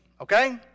okay